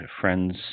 Friends